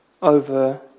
over